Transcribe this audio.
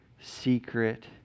secret